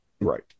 Right